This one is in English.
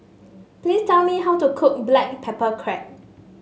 please tell me how to cook Black Pepper Crab